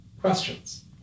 questions